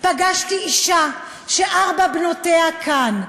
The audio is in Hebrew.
פגשתי אישה שארבע בנותיה כאן,